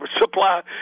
supply